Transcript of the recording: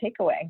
takeaway